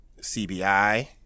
CBI